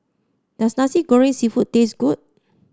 does Nasi Goreng seafood taste good